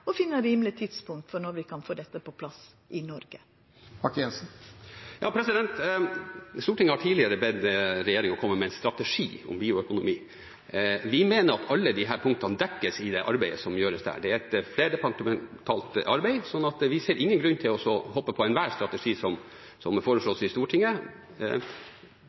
og finne rimelig tidspunkt for» når vi kan få dette på plass i Noreg? Stortinget har tidligere bedt regjeringen om å komme med en strategi om bioøkonomi. Vi mener at alle disse punktene dekkes i det arbeidet som gjøres der. Det er et flerdepartementalt arbeid, så vi ser ingen grunn til å hoppe på enhver strategi som foreslås i Stortinget.